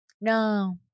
No